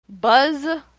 Buzz